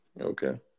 Okay